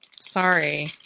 Sorry